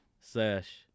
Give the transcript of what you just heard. sesh